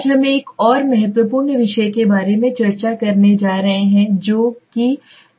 आज हम एक और महत्वपूर्ण विषय के बारे में चर्चा करने जा रह है जो कि नमूना है